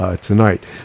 tonight